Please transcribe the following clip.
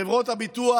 חברות הביטוח